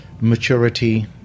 maturity